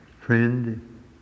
Friend